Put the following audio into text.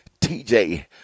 TJ